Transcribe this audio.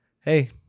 hey